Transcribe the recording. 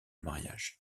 mariage